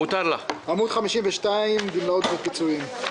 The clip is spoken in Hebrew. עמוד 52, גמלאות ופיצויים.